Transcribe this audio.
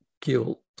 guilt